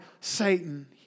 Satan